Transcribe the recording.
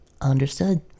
Understood